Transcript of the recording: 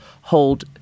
hold